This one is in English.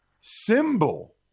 Symbol